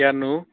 কিয়নো